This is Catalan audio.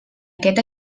aquest